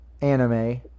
anime